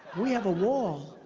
we have a wall